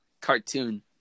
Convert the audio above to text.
cartoon